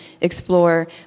explore